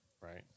Right